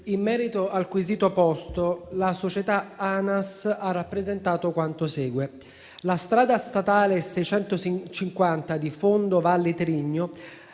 in merito al quesito posto, la società ANAS ha rappresentato quanto segue. La strada statale 650 di Fondo Valle Trigno